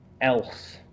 else